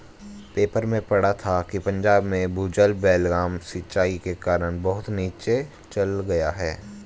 paper में पढ़ा था कि पंजाब में भूजल बेलगाम सिंचाई के कारण बहुत नीचे चल गया है